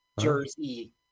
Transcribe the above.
Jersey